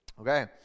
Okay